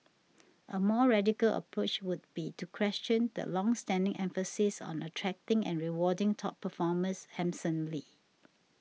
a more radical approach would be to question the long standing emphasis on attracting and rewarding top performers handsomely